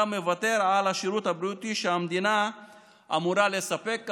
גם מוותר על השירות הבריאותי שהמדינה אמורה לספק.